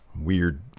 weird